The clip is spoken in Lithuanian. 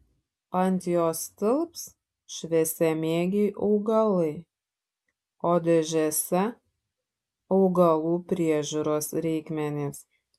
ant jos tilps šviesamėgiai augalai o dėžėse augalų priežiūros reikmenys